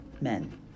men